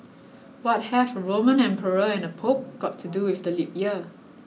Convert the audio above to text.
what have a Roman emperor and a Pope got to do with the leap year